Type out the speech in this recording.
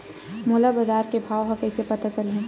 मोला बजार के भाव ह कइसे पता चलही?